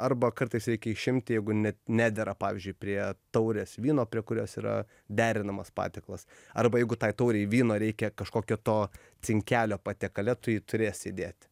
arba kartais reikia išimti jeigu ne nedera pavyzdžiui prie taurės vyno prie kurios yra derinamas patiekalas arba jeigu tai taurei vyno reikia kažkokio to cinkelio patiekale tu jį turėsi įdėt